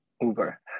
Uber